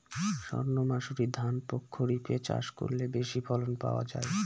সর্ণমাসুরি ধান প্রক্ষরিপে চাষ করলে বেশি ফলন পাওয়া যায়?